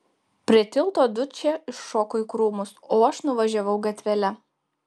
prie tilto dučė iššoko į krūmus o aš nuvažiavau gatvele